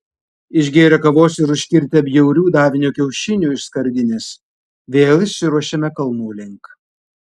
išgėrę kavos ir užkirtę bjaurių davinio kiaušinių iš skardinės vėl išsiruošėme kalnų link